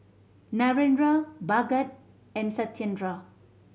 Narendra Bhagat and Satyendra